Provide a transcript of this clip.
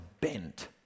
bent